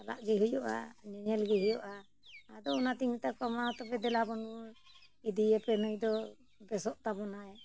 ᱪᱟᱞᱟᱜ ᱜᱮ ᱦᱩᱭᱩᱜᱼᱟ ᱧᱮᱧᱮᱞ ᱜᱮ ᱦᱩᱭᱩᱜᱼᱟ ᱟᱫᱚ ᱚᱱᱟᱛᱤᱧ ᱢᱮᱛᱟ ᱠᱚᱣᱟ ᱢᱟ ᱛᱚᱵᱮ ᱫᱮᱞᱟ ᱵᱚᱱ ᱤᱫᱤᱭᱮᱯᱮ ᱱᱩᱭ ᱫᱚ ᱵᱮᱥᱚᱜ ᱛᱟᱵᱚᱱᱟᱭ